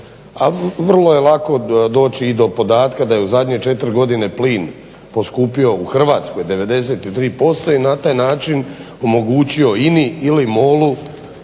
a vrlo je lako doći i do podatka da je u zadnje 4 godine plin poskupio u Hrvatskoj 93% i na taj način omogućio INA-i ili MOL-u